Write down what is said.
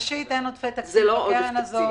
ראשית, אין עודפי תקציב בקרן הזאת.